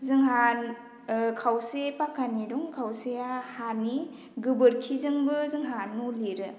जोंहा खावसे पाक्कानि दं खावसेया हानि गोबोरखिजोंबो जोंहा न' लिरो